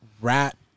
rat